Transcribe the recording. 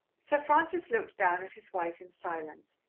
sir francis looked down at his wife in silence,